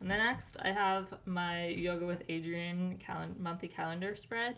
and then next i have my yoga with adriene calendar, monthly calendar spread